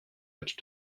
which